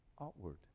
outward